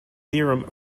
theorem